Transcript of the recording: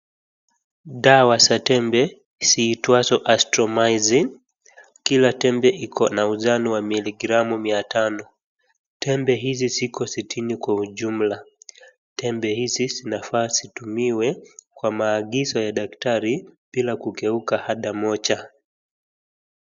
Dawa za tembe ziitwazo Azithromycin .Kila tembe ikona ujano wa miligramu mia tano. Tembe hizi ziko sitini kwa ujumla. Tembe hizi zinafaa zitumiwe kwa maagizo ya daktari bila kukiuka hata moja.